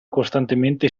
costantemente